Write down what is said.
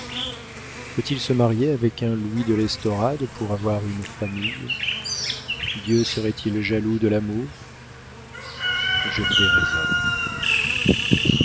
faut-il se marier avec un louis de l'estorade pour avoir une famille dieu serait-il jaloux de l'amour je déraisonne